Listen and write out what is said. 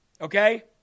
okay